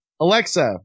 Alexa